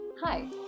Hi